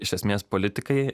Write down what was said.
iš esmės politikai